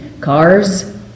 cars